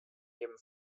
jedem